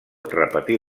repetí